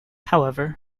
however